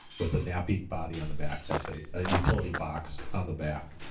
with a knapheide body on the back. that's a a utility box on the back.